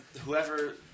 whoever